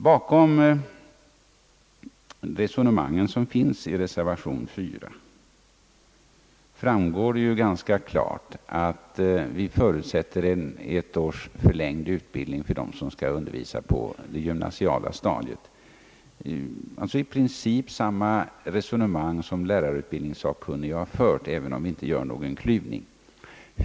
Bakom resonemanget i reservation 4 framgår ju ganska klart, att vi förutsätter ett års förlängd utbildning för dem som skall undervisa på det gymnasiala stadiet — alltså i princip samma resonemang som lärarutbildningssakkunniga, även om vi gör någon krympning.